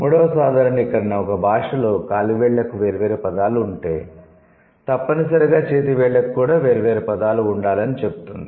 మూడవ సాధారణీకరణ ఒక భాషలో కాలి వేళ్ళకు వేర్వేరు పదాలు ఉంటే తప్పనిసరిగా చేతి వేళ్ళకు కూడా వేర్వేరు పదాలు ఉండాలి అని చెబుతుంది